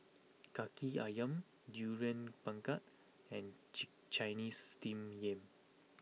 Kaki Ayam Durian Pengat and chick Chinese Steamed Yam